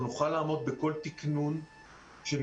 אנחנו נוכל לעמוד בכל תקנון שנידרש.